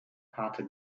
pate